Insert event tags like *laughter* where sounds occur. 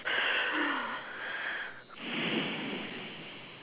*breath*